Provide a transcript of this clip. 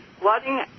flooding